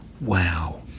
wow